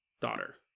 daughter